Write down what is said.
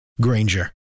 Granger